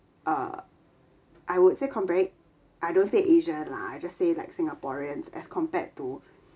uh I would say compari~ I don't say asian lah I just say like singaporeans as compared to